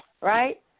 right